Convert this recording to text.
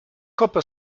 copper